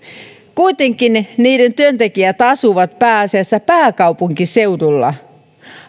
kuitenkin niiden työntekijät asuvat pääasiassa pääkaupunkiseudulla